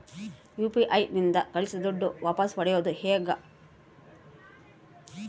UPI ನಿಂದ ಕಳುಹಿಸಿದ ದುಡ್ಡು ವಾಪಸ್ ಪಡೆಯೋದು ಹೆಂಗ?